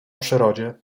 przyrodzie